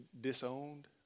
disowned